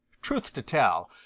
truth to tell,